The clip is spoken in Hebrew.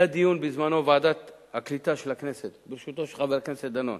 היה דיון בזמנו בוועדת הקליטה של הכנסת בראשותו של חבר הכנסת דנון,